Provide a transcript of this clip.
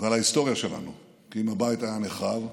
ועל ההיסטוריה שלנו, כי אם הבית היה נחרב,